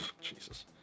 Jesus